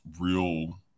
real